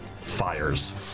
fires